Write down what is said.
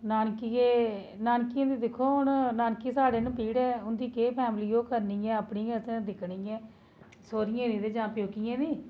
नानकिये नानकियें बी दिक्खो हून नानकियें साढ़े न पीढ़ै उं'दी केह् फैमिली ओह् करनी ऐ अपनी गै उत्थें दिक्खनी ऐ सौह्रियें दी जां प्यौकियें दी